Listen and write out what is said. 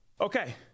Okay